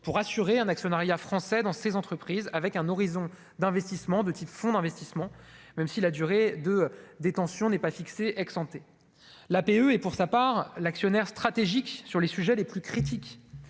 pour assurer un actionnariat français dans ces entreprises avec un horizon d'investissement de type fonds d'investissement, même si la durée de détention n'est pas fixé exemptés l'APE est pour sa part l'actionnaire stratégique sur les sujets les plus critiques,